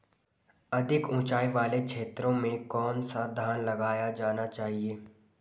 अधिक उँचाई वाले क्षेत्रों में कौन सा धान लगाया जाना चाहिए?